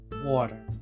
water